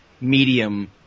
medium